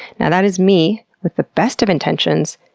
now, that is me, with the best of intentions,